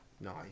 Nice